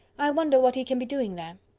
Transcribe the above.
i wonder what he can be doing there.